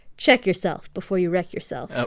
check yourself before you wreck yourself